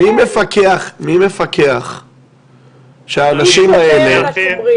מי מפקח שהאנשים האלה --- מי שומר על השומרים.